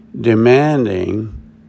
demanding